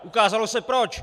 Ukázalo se proč!